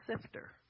sifter